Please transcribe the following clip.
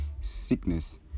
sickness